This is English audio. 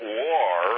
war